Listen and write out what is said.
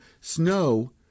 snow